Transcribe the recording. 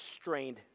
strained